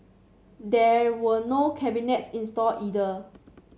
there were no cabinets installed either